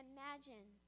Imagine